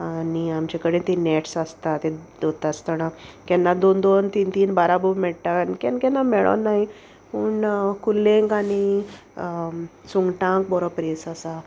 आनी आमचे कडेन ती नॅट्स आसता तें दोता आसतना केन्ना दोन दोन तीन तीन बाराबो मेळटा आनी केन्ना केन्ना मेळो न्हय पूण कुल्लेंक आनी सुंगटांक बरो प्रेस आसा